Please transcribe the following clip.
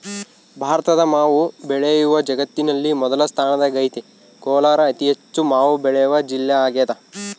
ಭಾರತದ ಮಾವು ಬೆಳೆಯು ಜಗತ್ತಿನಲ್ಲಿ ಮೊದಲ ಸ್ಥಾನದಾಗೈತೆ ಕೋಲಾರ ಅತಿಹೆಚ್ಚು ಮಾವು ಬೆಳೆವ ಜಿಲ್ಲೆಯಾಗದ